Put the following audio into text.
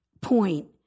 point